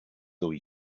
though